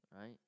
right